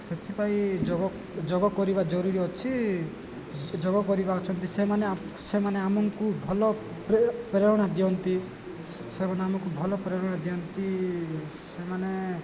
ସେଥିପାଇଁ ଯୋଗ ଯୋଗ କରିବା ଜରୁରୀ ଅଛି ଯୋଗ କରିବା ଅଛନ୍ତି ସେମାନେ ସେମାନେ ଆମକୁ ଭଲ ପ୍ରେ ପ୍ରେରଣା ଦିଅନ୍ତି ସେମାନେ ଆମକୁ ଭଲ ପ୍ରେରଣା ଦିଅନ୍ତି ସେମାନେ